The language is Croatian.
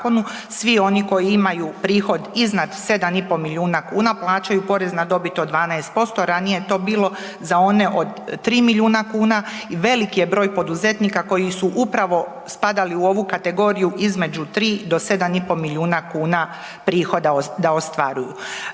svi oni koji imaju prihod iznad 7,5 milijuna kuna plaćaju porez na dobit od 12% ranije je to bilo za one od 3 miliona kuna i veliki je broj poduzetnika koji su upravo spadali u ovu kategoriju između 3 do 7,5 milijuna kuna prihoda da ostvaruju.